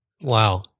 Wow